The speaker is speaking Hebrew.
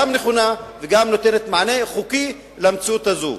גם נכונה וגם נותנת מענה חוקי למציאות הזאת.